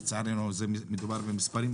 לצערנו מדובר במספרים,